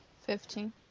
Fifteen